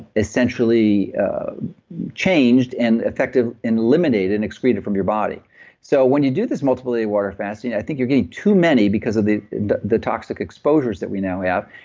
essentially changed and effective, and eliminated and excreted from your body so when you do this multiple day water fast, and i think you're getting too many because of the the toxic exposures that we now have,